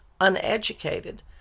uneducated